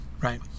Right